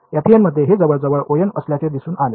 FEM मध्ये हे जवळजवळ O असल्याचे दिसून आले